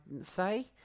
say